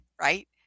right